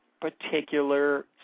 particular